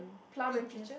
plum and peaches